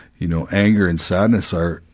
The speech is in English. you know, anger and sadness are,